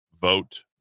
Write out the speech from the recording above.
vote